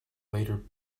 later